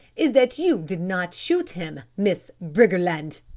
is that you did not shoot him, miss briggerland.